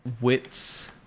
Wits